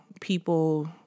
people